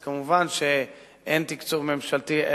אז מובן שאין תקצוב ממשלתי,